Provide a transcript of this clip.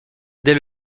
dès